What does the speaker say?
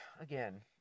again